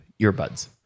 earbuds